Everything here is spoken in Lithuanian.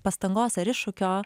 pastangos ar iššūkio